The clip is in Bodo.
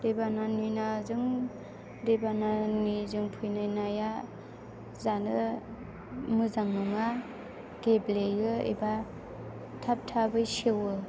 दै बानाजों फैनाय नाया जानो मोजां नङा गेब्लेयो एबा थाब थाबै सेवो